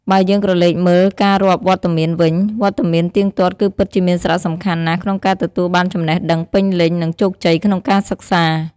បើយើងក្រឡេកមើល ការរាប់វត្តមានវិញ វត្តមានទៀងទាត់គឺពិតជាមានសារៈសំខាន់ណាស់ក្នុងការទទួលបានចំណេះដឹងពេញលេញ និងជោគជ័យក្នុងការសិក្សា។